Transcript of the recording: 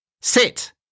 Sit